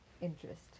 interest